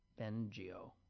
Bengio